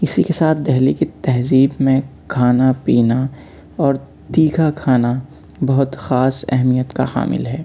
اسی کے ساتھ دہلی کی تہذیب میں کھانا پینا اور تیکھا کھانا بہت خاص اہمیت کا حامل ہے